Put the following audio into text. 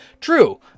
True